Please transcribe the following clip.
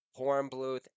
Hornbluth